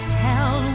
tell